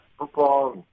football